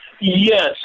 yes